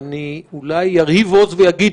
ואני אולי ארהיב עוז ואגיד,